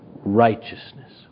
righteousness